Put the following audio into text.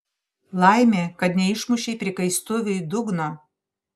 laimė kad neišmušei prikaistuviui dugno